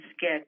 get